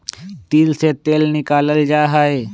तिल से तेल निकाल्ल जाहई